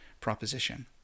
proposition